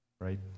right